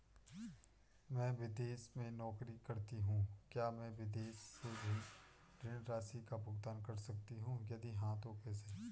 मैं विदेश में नौकरी करतीं हूँ क्या मैं विदेश से भी ऋण राशि का भुगतान कर सकती हूँ यदि हाँ तो कैसे?